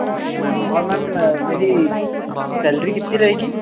okay ma'am और ma'am मेरी salary कितनी रहेगी